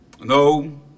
No